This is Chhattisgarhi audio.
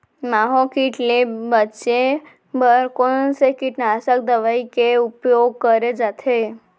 माहो किट ले बचे बर कोन से कीटनाशक दवई के उपयोग करे जाथे?